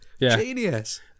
Genius